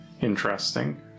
interesting